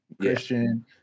Christian